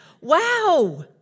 Wow